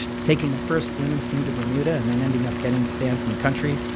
taking the first women's team to bermuda, and then ending up getting banned from the country,